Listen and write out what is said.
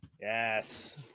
Yes